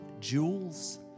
jewels